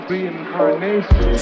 Reincarnation